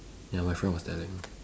ya my friend was telling